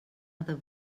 other